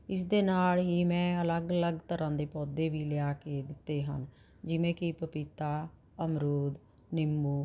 ਇਸ ਦੇ ਨਾਲ ਹੀ ਮੈਂ ਅਲੱਗ ਅਲੱਗ ਤਰ੍ਹਾਂ ਦੇ ਪੌਦੇ ਵੀ ਲਿਆ ਕੇ ਦਿੱਤੇ ਹਨ ਜਿਵੇਂ ਕਿ ਪਪੀਤਾ ਅਮਰੂਦ ਨਿੰਬੂ